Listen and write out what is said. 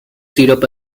syrup